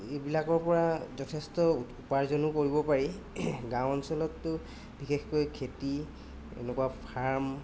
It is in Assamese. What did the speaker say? এইবিলাকৰ পৰা যথেষ্ট উপাৰ্জনো কৰিব পাৰি গাঁও অঞ্চলততো বিশেষকৈ খেতি এনেকুৱা ফাৰ্ম